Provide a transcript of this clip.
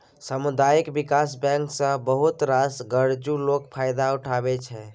सामुदायिक बिकास बैंक सँ बहुत रास गरजु लोक फायदा उठबै छै